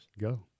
Go